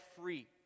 free